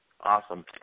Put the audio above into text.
Awesome